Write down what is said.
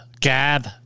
Gab